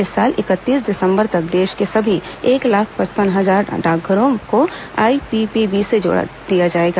इस साल इकतीस दिसंबर तक देश के सभी एक लाख पचपन हजार डाकघरों को आईपीपीबी से जोड़ दिया जाएगा